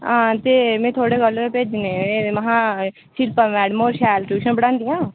हां ते में थुआढ़े कोल गै भेजने एह् महां शिल्पा मैडम होर शैल ट्यूशन पढ़ांदियां